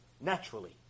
naturally